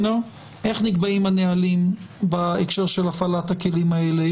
איך נקבעים הנהלים בהקשר של הפעלת הכלים האלה,